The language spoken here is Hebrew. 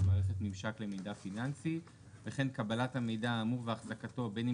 מערכת ממשק למידע פיננסי וכן קבלת המידע האמור ואחזקתו בין אם